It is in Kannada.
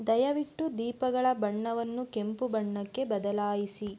ದಯವಿಟ್ಟು ದೀಪಗಳ ಬಣ್ಣವನ್ನು ಕೆಂಪು ಬಣ್ಣಕ್ಕೆ ಬದಲಾಯಿಸಿ